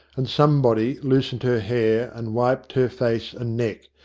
and somebody loosened her hair and wiped her face and neck,